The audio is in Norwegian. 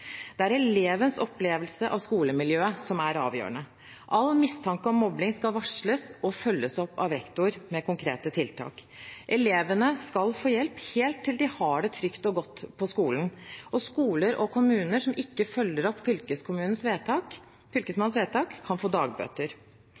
Det er elevens opplevelse av skolemiljøet som er avgjørende. All mistanke om mobbing skal varsles og følges opp av rektor med konkrete tiltak. Elevene skal få hjelp helt til de har det trygt og godt på skolen. Skoler og kommuner som ikke følger opp Fylkesmannens vedtak,